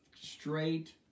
straight